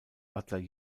butler